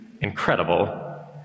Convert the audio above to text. incredible